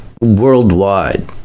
worldwide